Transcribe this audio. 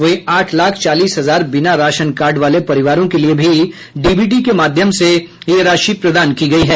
वहीं आठ लाख चालीस हजार बिना राशन कार्ड वाले परिवारों के लिये भी डीबीटी के माध्यम से यह राशि प्रदान की गयी है